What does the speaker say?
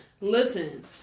Listen